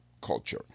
culture